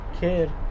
Kid